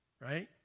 right